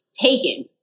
taken